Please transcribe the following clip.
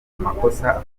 amakosa